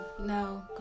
No